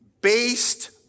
based